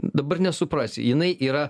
dabar nesuprasi jinai yra